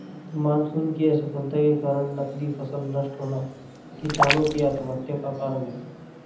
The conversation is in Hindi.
मानसून की असफलता के कारण नकदी फसल नष्ट होना किसानो की आत्महत्या का कारण है